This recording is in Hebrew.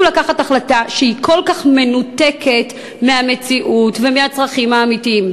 החלטה שהיא כל כך מנותקת מהמציאות ומהצרכים האמיתיים.